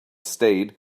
state